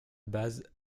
base